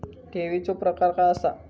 ठेवीचो प्रकार काय असा?